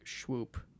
swoop